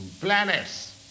planets